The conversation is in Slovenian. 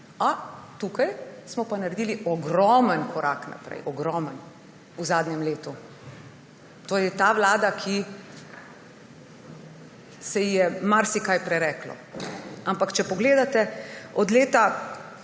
Tukaj smo pa naredili ogromen korak naprej v zadnjem letu. Torej ta vlada, ki se ji je marsikaj prereklo. Ampak če pogledate, so od leta